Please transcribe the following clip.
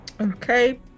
Okay